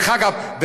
ודרך אגב,